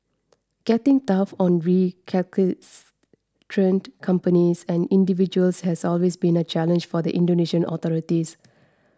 getting tough on companies and individuals has always been a challenge for the Indonesian authorities